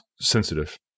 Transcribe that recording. Sensitive